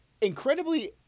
incredibly